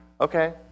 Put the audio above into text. okay